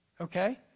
okay